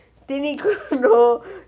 திணிக்கனும்:thinikkanum